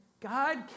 God